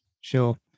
Sure